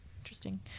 Interesting